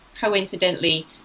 coincidentally